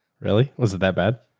really? was it that bad?